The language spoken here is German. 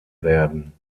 werden